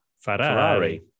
Ferrari